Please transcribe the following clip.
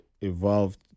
evolved